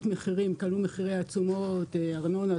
מחירים כי עלו מחירי התשומות ארנונה,